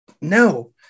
no